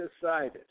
decided